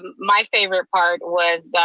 um my favorite part was,